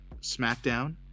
Smackdown